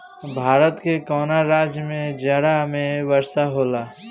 भारत के कवना राज्य में जाड़ा में वर्षा होला?